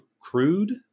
crude